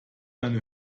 eine